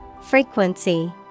Frequency